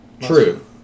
True